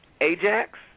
Ajax